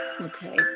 okay